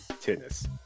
Tennis